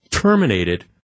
terminated